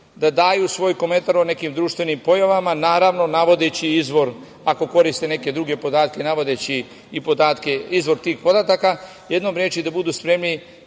da daju svoj komentar o nekim društvenim pojavama, naravno, navodeći izvor, ako koriste neke druge podatke, navodeći izvor tih podataka, jednom rečju da budu spremni